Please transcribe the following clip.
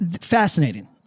Fascinating